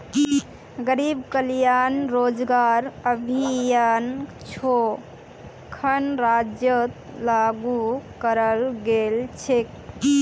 गरीब कल्याण रोजगार अभियान छो खन राज्यत लागू कराल गेल छेक